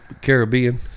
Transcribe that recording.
Caribbean